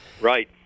Right